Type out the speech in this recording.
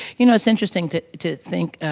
you know, it's interesting to to think,